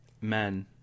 men